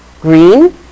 Green